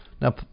Now